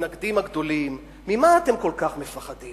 המתנגדים הגדולים: ממה אתם כל כך מפחדים?